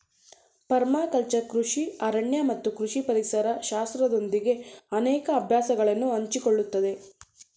permaculture ಕೃಷಿ ಅರಣ್ಯ ಮತ್ತು ಕೃಷಿ ಪರಿಸರ ಶಾಸ್ತ್ರದೊಂದಿಗೆ ಅನೇಕ ಅಭ್ಯಾಸಗಳನ್ನು ಹಂಚಿಕೊಳ್ಳುತ್ತದೆ